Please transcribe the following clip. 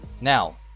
now